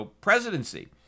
presidency